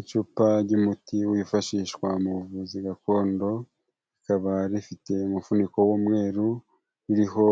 Icupa ry'umuti wifashishwa mu buvuzi gakondo, rikaba rifite umufuniko w'umweru, ririho